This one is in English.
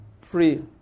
pray